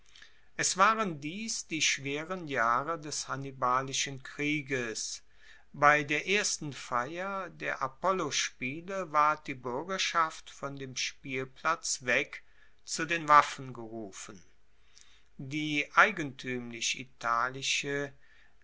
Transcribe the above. es waren dies die schweren jahre des hannibalischen krieges bei der ersten feier der apollospiele ward die buergerschaft von dem spielplatz weg zu den waffen gerufen die eigentuemlich italische